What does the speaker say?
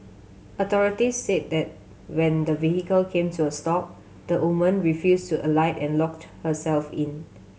authorities said that when the vehicle came to a stop the woman refused to alight and locked herself in